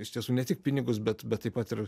iš tiesų ne tik pinigus bet bet taip pat ir